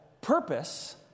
purpose